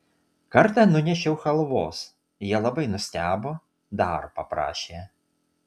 kartą nunešiau chalvos jie labai nustebo dar paprašė